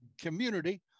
community